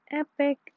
epic